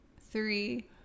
three